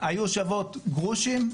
היו שוות גרושים,